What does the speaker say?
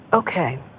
Okay